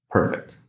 Perfect